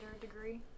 degree